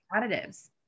additives